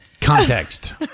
context